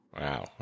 Wow